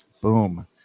Boom